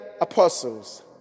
apostles